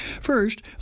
First